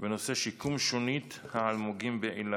בנושא: שיקום שונית האלמוגים באילת.